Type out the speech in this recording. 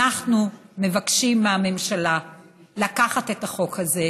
אנחנו מבקשים מהממשלה לקחת את החוק הזה,